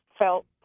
felt